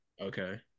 Okay